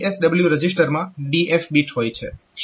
PSW રજીસ્ટરમાં DF bit હોય છે